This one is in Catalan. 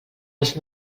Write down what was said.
els